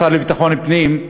השר לביטחון פנים,